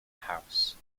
house